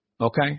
Okay